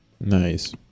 Nice